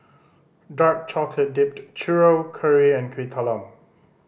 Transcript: dark chocolate dipped churro curry and Kuih Talam